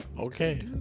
Okay